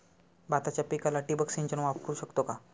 भाताच्या पिकाला ठिबक सिंचन वापरू शकतो का?